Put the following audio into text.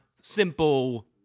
simple